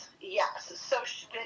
Yes